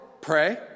Pray